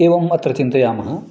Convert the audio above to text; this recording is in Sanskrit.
एवम् अत्र चिन्तयामः